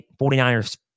49ers